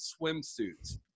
swimsuits